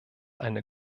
eine